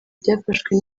byafashwe